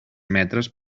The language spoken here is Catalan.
metres